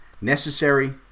necessary